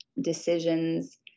decisions